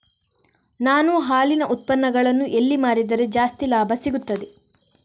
ನಾನು ಹಾಲಿನ ಉತ್ಪನ್ನಗಳನ್ನು ಎಲ್ಲಿ ಮಾರಿದರೆ ಜಾಸ್ತಿ ಲಾಭ ಸಿಗುತ್ತದೆ?